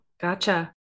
gotcha